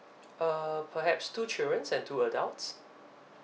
uh perhaps two children's and two adults